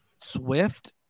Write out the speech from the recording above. Swift